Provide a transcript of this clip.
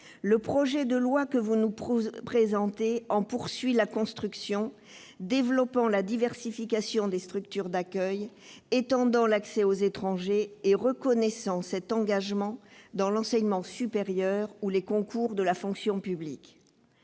Le projet de loi que vous nous présentez en poursuit la construction, développant la diversification des structures d'accueil, étendant l'accès du dispositif aux étrangers et prévoyant la reconnaissance de cet engagement dans l'enseignement supérieur ou au titre des concours de la fonction publique.